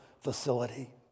facility